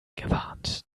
gewarnt